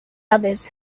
others